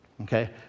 okay